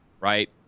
Right